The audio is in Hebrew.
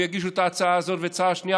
ויגישו את ההצעה הזאת והצעה שנייה,